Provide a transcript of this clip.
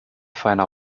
feiner